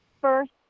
first